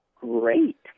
Great